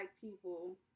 people